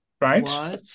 Right